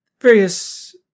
various